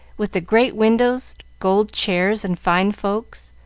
with the great windows, gold chairs, and fine folks.